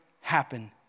happen